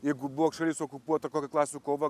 jeigu buvo šalis okupuota kokia klasių kova